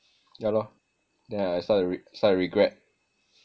yah lor then I start to re~ start to regret